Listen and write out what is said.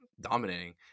dominating